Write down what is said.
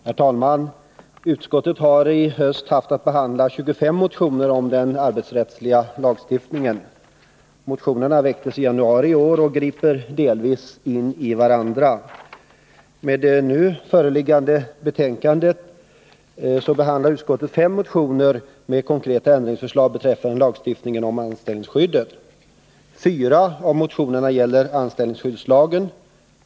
Herr talman! Utskottet har i höst haft att behandla 25 motioner om den arbetsrättsliga lagstiftningen. Motionerna väcktes i januari i år, och de griper delvis in i varandra. I det nu föreliggande betänkandet behandlar utskottet fem motioner med konkreta ändringsförslag beträffande lagstiftningen om anställningstrygghet. Fyra av motionerna gäller anställningsskyddslagen.